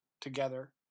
together